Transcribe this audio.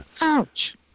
Ouch